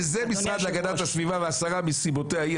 ולזה המשרד להגנת הסביבה והשרה מסיבותיה היא,